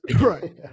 Right